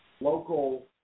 local